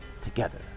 together